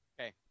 Okay